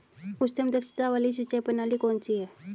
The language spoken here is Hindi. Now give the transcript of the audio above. उच्चतम दक्षता वाली सिंचाई प्रणाली कौन सी है?